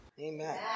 Amen